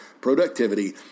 productivity